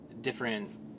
different